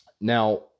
Now